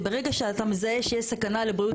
שברגע שאתה מזהה שיש סכנה לבריאות